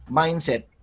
mindset